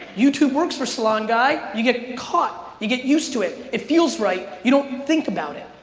youtube works for salon guy. you get caught, you get used to it, it feels right, you don't think about it,